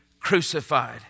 crucified